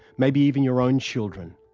maybe even your own children.